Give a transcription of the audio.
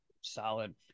Solid